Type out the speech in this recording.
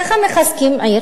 ככה מחזקים עיר?